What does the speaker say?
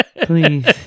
please